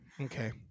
Okay